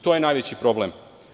To je najveći problem.